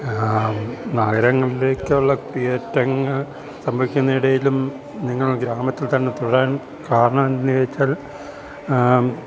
നഗരങ്ങളിലേക്ക് ഉള്ള കയറ്റങ്ങൾ സംഭിക്കുന്നിടയിലും നിങ്ങൾ ഗ്രാമത്തിൽ തന്നെ തുടരാൻ കാരണം എന്തെന്ന് ചോദിച്ചാൽ